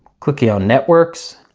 quickly on networks